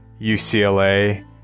UCLA